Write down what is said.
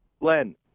Len